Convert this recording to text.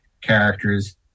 characters